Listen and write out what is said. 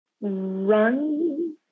Run